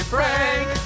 Frank